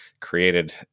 created